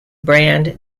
brand